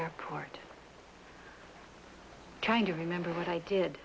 airport trying to remember what i did